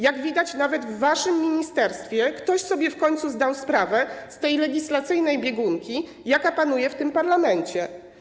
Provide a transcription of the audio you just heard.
Jak widać, nawet w waszym ministerstwie, ktoś sobie w końcu zdał sprawę z tej legislacyjnej biegunki, jaka panuje w tym parlamencie.